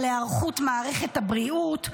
על היערכות מערכת הבריאות,